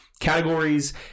categories